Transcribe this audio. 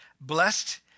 blessed